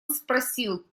спросил